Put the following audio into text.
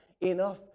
enough